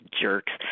jerks